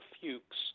Fuchs